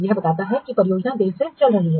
यह बताता है कि परियोजना देर से चल रही है